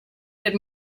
had